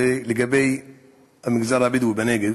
לגבי המגזר הבדואי בנגב,